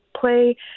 play